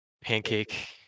Pancake